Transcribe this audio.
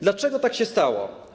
Dlaczego tak się stało?